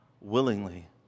willingly